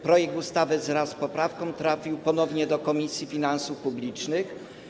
Projekt ustawy wraz z poprawką trafił ponownie do Komisji Finansów Publicznych.